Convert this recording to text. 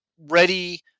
ready